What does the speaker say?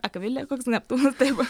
akvilė koks neptūnas taip